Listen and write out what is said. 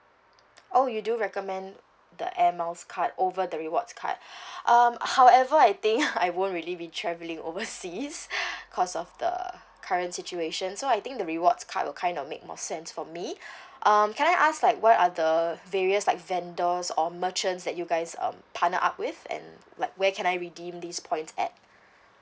oh you do recommend the air miles card over the rewards card um however I think I won't really be travelling overseas cause of the current situation so I think the rewards card will kind of make more sense for me um can I ask like what are the various like vendors or merchants that you guys um partner up with and like where can I redeem these points at